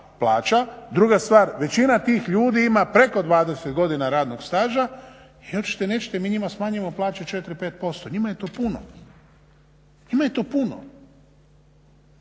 Druga stvar, većina tih ljudi ima preko 20 godina radnog staža i hoćete, nećete, mi njima smanjimo plaće 4, 5%, njima je to puno. Njima je to puno.